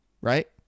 right